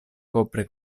copre